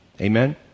Amen